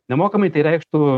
nemokamai tai reikštų